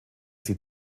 sie